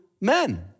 men